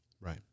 right